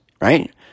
right